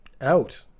out